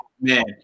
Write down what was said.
man